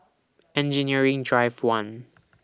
Engineering Drive one